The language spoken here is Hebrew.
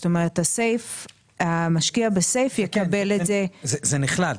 זאת אומרת הסייף המשקיע בסייף יקבל את זה -- זה נחלק,